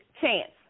Chance